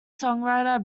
songwriter